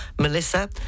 Melissa